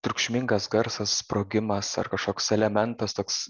triukšmingas garsas sprogimas ar kažkoks elementas toks